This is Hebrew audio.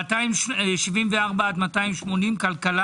פניות 274-280 כלכלה